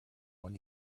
when